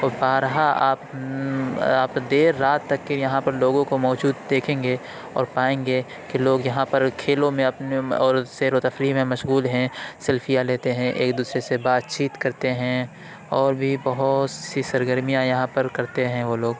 اور بارہا آپ آپ دیر رات تک پھر یہاں پر لوگوں کو موجود دیکھیں گے اور پائیں گے کہ لوگ یہاں پر کھیلوں میں اپنے اور سیر و تفریح میں مشغول ہیں سیلفیاں لیتے ہیں ایک دوسرے سے بات چیت کرتے ہیں اور بھی بہت سی سرگرمیاں یہاں پر کرتے ہیں وہ لوگ